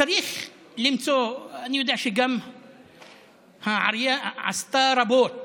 צריך למצוא, אני יודע שגם העירייה עשתה רבות